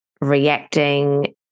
reacting